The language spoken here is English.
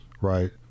right